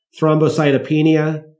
thrombocytopenia